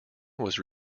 was